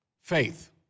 faith